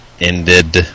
ended